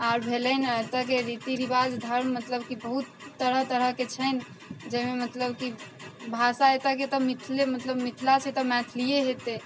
आर भेलनि एतऽके रीती रीवाज धर्म मतलब कि बहुत तरह तरहके छनि जाहिमे मतलब कि भाषा एतऽके तऽ मिथिले मतलब मिथिला छै तऽ मैथिलीये हेतै